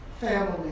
family